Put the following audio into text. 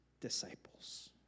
disciples